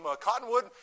Cottonwood